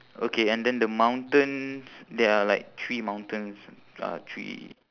okay and then the mountains there are like three mountains uh three